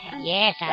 Yes